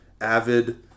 avid